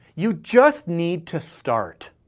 you just need to start.